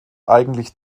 eigentlich